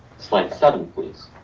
slide seven, please.